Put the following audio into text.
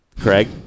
Craig